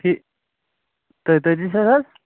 تیتٲجی شَتھ حظ